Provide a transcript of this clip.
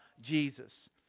Jesus